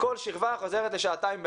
כל שכבה חוזרת לשעתיים ביום.